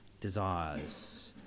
desires